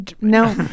No